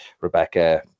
Rebecca